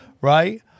right